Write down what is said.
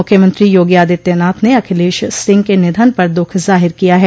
मुख्यमंत्री योगी आदित्यनाथ ने अखिलेश सिंह के निधन पर दुःख जाहिर किया है